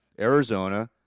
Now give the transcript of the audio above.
Arizona